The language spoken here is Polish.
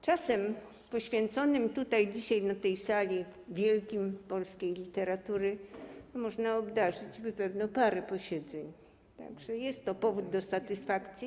Czasem poświęconym tutaj dzisiaj na tej sali wielkim polskiej literatury można by obdarzyć pewno parę posiedzeń, tak że jest to powód do satysfakcji.